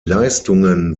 leistungen